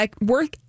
work